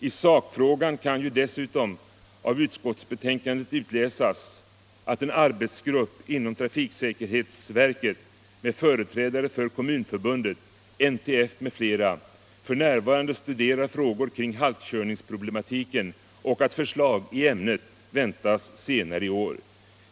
I sakfrågan kan ju dessutom av utskottsbetänkandet utläsas att en arbetsgrupp från trafiksäkerhetsverket med företrädare för Kommunförbundet, NTF m.fl. f. n. studerar frågor kring halkkörningsproblematiken och att förslag i ämnet väntas senare i år.